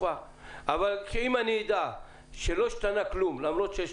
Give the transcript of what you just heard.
אם אני אדע שלא השתנה כלום ולמרות שיש